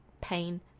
pain